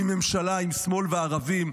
מממשלה עם שמאל וערבים,